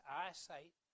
eyesight